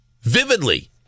Vividly